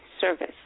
service